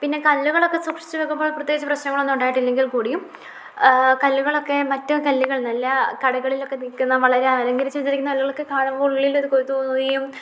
പിന്നെ കല്ലുകളൊക്കെ സൂക്ഷിച്ച് വെക്കുമ്പോൾ പ്രത്യേകിച്ച് പ്രശ്നങ്ങളൊന്നും ഉണ്ടായിട്ടില്ലെങ്കിൽ കൂടിയും കല്ലുകളൊക്കെ മറ്റു കല്ലുകൾ നല്ല കടകളിലൊക്കെ വിൽക്കുന്ന വളരെ അലങ്കരിച്ചുവെച്ചിരിക്കുന്ന കല്ലുകളൊക്കെ കാണുമ്പോൾ ഉള്ളിലൊരു കൊതി തോന്നുകയും